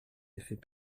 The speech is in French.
effets